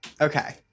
Okay